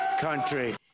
country